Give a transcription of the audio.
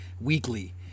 weekly